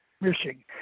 missing